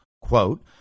quote